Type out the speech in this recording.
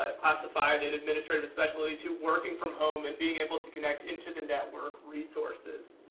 ah classified and administrative especially, to working from home and being able to connect into the network resources.